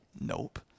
Nope